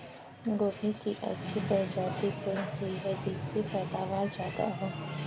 गोभी की अच्छी प्रजाति कौन सी है जिससे पैदावार ज्यादा हो?